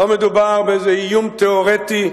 לא מדובר באיזה איום תיאורטי.